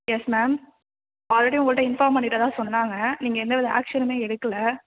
S ma'am already உங்கள்கிட்ட inform பண்ணிவிட்டதா சொன்னாங்க நீங்கள் எந்த வித ஆக்ஷனுமே எடுக்கலை